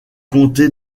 comté